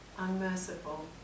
unmerciful